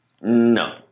No